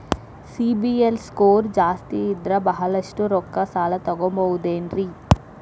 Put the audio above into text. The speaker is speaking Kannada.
ಸಿಬಿಲ್ ಸ್ಕೋರ್ ಜಾಸ್ತಿ ಇದ್ರ ಬಹಳಷ್ಟು ರೊಕ್ಕ ಸಾಲ ತಗೋಬಹುದು ಏನ್ರಿ?